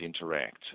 interact